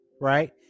right